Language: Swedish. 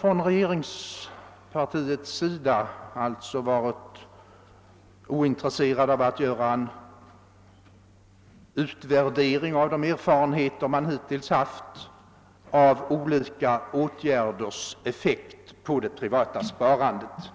Regeringspartiet har varit ointresserat av att göra en utvärdering av de erfarenheter som hittills gjorts av olika åtgärders effekt på det privata sparandet. Detia